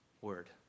word